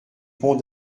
pont